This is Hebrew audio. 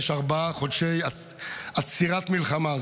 יש ארבעה חודשי עצירת מלחמה,